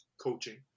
coaching